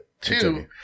Two